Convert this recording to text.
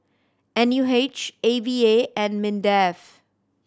N U H A V A and MINDEF